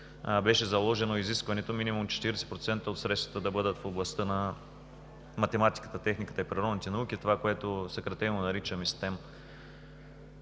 Беше заложено изискването минимум 40% от средствата да бъдат в областта на математиката, техниката и природните науки, това, което съкратено наричаме STEM.